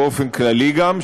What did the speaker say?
באופן כללי גם,